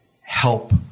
help